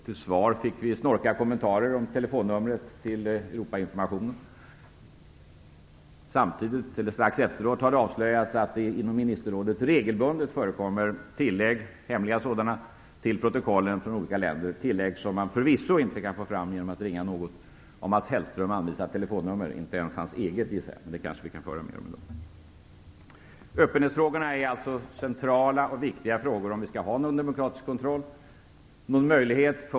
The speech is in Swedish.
Till svar fick vi snorkiga kommentarer om telefonnumret till Europainformationen. Strax efteråt avslöjades det att det inom Ministerrådet regelbundet förekommer tillägg, hemliga sådana, till protokollen från olika länder, tillägg som man förvisso inte kan få fram genom att ringa något av Mats Hellström anvisat telefonnummer, inte ens hans eget, gissar jag. Det kanske vi kan få höra mer om i dag. Öppenhetsfrågorna är alltså centrala och viktiga frågor om vi skall ha någon demokratisk kontroll.